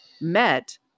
met